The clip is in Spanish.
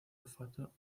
olfato